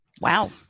Wow